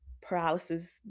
paralysis